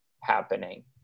happening